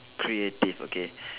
creative okay